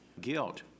guilt